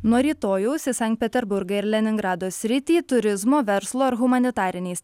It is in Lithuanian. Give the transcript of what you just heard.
nuo rytojaus į sankt peterburgą ir leningrado sritį turizmo verslo ar humanitariniais